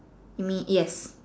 you mean yes